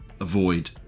Avoid